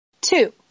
Two